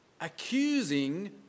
accusing